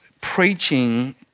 preaching